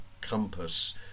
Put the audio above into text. compass